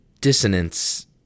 dissonance